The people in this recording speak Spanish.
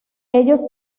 ellos